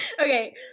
Okay